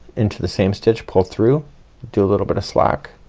into the same stitch pull through do a little bit of slack,